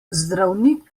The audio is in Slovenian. zdravnik